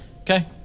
Okay